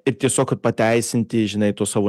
ir tiesiog kad pateisinti žinai tuos savo